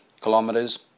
kilometers